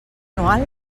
anual